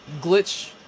glitch